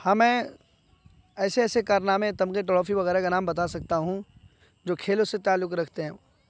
ہاں میں ایسے ایسے کارنامے تمغے ٹرافی وغیرہ کا نام بتا سکتا ہوں جو کھیلوں سے تعلق رکھتے ہیں